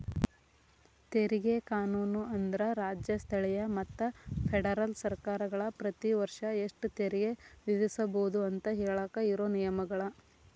ತೆರಿಗೆ ಕಾನೂನು ಅಂದ್ರ ರಾಜ್ಯ ಸ್ಥಳೇಯ ಮತ್ತ ಫೆಡರಲ್ ಸರ್ಕಾರಗಳ ಪ್ರತಿ ವರ್ಷ ಎಷ್ಟ ತೆರಿಗೆ ವಿಧಿಸಬೋದು ಅಂತ ಹೇಳಾಕ ಇರೋ ನಿಯಮಗಳ